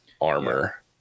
armor